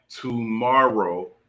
tomorrow